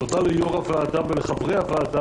תודה ליושב-ראש הוועדה ולחברי הוועדה